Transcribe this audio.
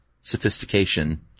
sophistication